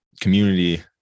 community